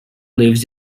lives